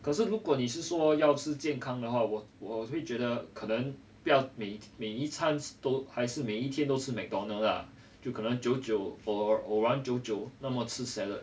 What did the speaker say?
可是如果你是说要吃健康的话我我会觉得可能不要每每一餐都还是每一天都吃 mcdonald's lah 就可能久久偶然久久那么吃 salad